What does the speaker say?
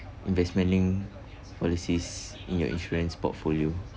investment-linked policies in your insurance portfolio